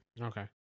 Okay